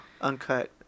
uncut